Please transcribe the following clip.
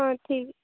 ହଁ ଠିକ୍